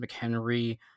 McHenry